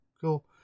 cool